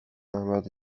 عمل